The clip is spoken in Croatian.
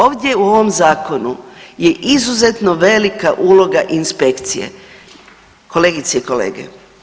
Ovdje u ovom Zakonu je izuzetno velika uloga inspekcije, kolegice i kolege.